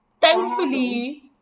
thankfully